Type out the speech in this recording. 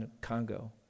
Congo